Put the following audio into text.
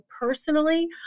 personally